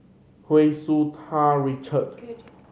Hu Tsu Tau Richard